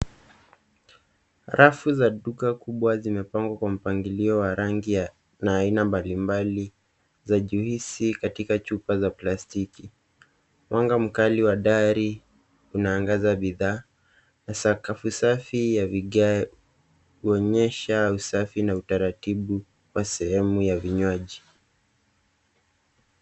Rafu za duka kubwa zimepangwa kwa mpangilio wa rangi na aina mbalimbali za juisi katika chupa za plastiki. Mwanga mkali wa dari unaangaza bidhaa na sakafu safi ya vigae huonyesha usafi na utaratibu wa sehemu ya vinywaji.